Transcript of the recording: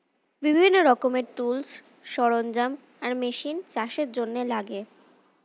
বিভিন্ন রকমের টুলস, সরঞ্জাম আর মেশিন চাষের জন্যে লাগে